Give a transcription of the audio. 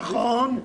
נכון.